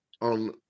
on